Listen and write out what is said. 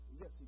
Yes